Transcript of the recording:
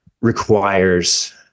requires